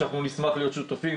שאנחנו נשמח להיות שותפים,